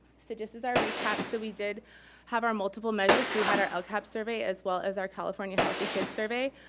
so just as our recap, so we did have our multiple measures, so we had out lcap survey, as well as our california healthy kids survey.